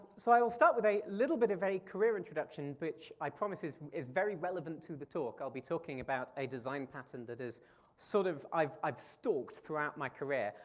so i'll start with a little bit of a career introduction, which i promise is is very relevant to the talk. i'll be talking about a design pattern that is sort of i've i've stalked throughout my career.